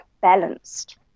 balanced